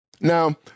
Now